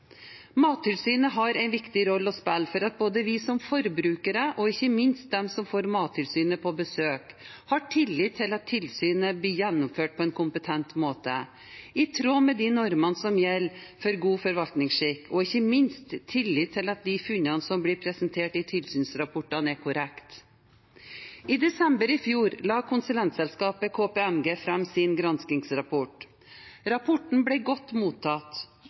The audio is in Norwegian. Mattilsynet har en viktig rolle å spille for at både vi som forbrukere og ikke minst de som får Mattilsynet på besøk, har tillit til at tilsynet blir gjennomført på en kompetent måte, i tråd med de normene som gjelder for god forvaltningsskikk, og ikke minst tillit til at de funnene som blir presentert i tilsynsrapportene, er korrekte. I desember i fjor la konsulentselskapet KPMG fram sin granskingsrapport. Rapporten ble godt mottatt,